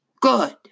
Good